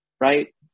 Right